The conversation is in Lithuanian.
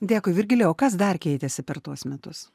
dėkui virgilijau kas dar keitėsi per tuos metus